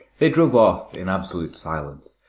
they drove off in absolute silence,